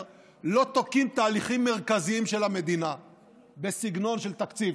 לא תוקעים תהליכים מרכזיים של המדינה בסגנון של תקציב,